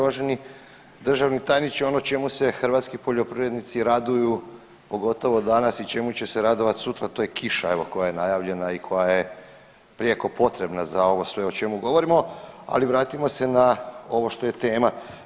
Uvaženi državni tajniče ono čemu se hrvatski poljoprivrednici raduju pogotovo danas i čemu će se radovati sutra to je kiša evo koja je najavljena i koja je prijeko potrebna za ovo sve o čemu govorimo, ali vratimo se na ovo što je tema.